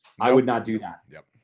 i would not do that. yup,